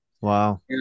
Wow